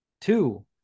Two